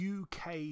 UK